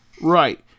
Right